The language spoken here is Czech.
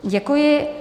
Děkuji.